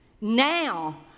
now